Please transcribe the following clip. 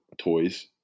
toys